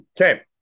okay